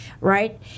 right